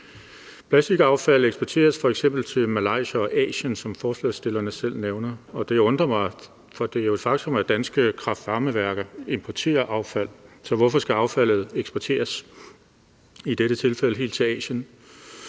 Plastikaffald eksporteres f.eks. til Malaysia og andre lande i Asien, som forslagsstillerne selv nævner, og det undrer mig, for det er jo et faktum, at danske kraft-varme-værker importerer affald, så hvorfor skal affaldet eksporteres, i dette tilfælde helt til Asien?